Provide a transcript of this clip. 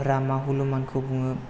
रामआ हुनुमानखौ बुङो